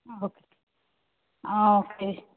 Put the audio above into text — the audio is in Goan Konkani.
आं ओके आं ओके